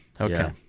Okay